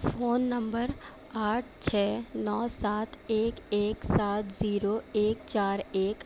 phone number آٹھ چھ نو سات ایک ایک سات زیرو ایک چار ایک